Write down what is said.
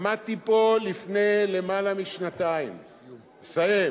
עמדתי פה לפני למעלה משנתיים, לסיום.